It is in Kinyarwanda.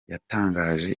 yatangaje